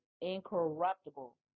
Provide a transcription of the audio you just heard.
incorruptible